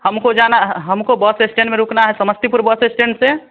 हमको जाना है हमको बस स्टैंड में रुकना है समस्तीपुर बस स्टैंड पर